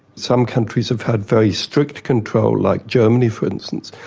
some countries have had very strict control, like germany for instance.